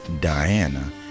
diana